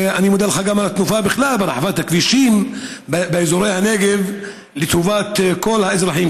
אני מודה לך גם על התנופה בכלל בכבישים באזורי הנגב לטובת כל האזרחים,